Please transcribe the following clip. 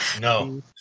no